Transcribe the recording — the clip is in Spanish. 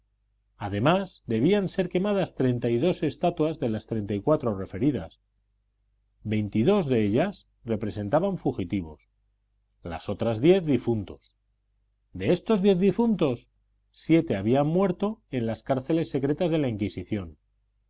además debían ser quemadas treinta y dos estatuas de las treinta y cuatro referidas veintidós de ellas representaban fugitivos las otras diez difuntos de estos diez difuntos siete habían muerto en las cárceles secretas de la inquisición